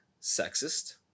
sexist